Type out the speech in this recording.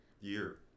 year